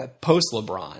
post-LeBron